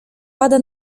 pada